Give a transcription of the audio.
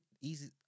easy